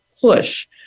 push